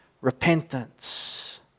repentance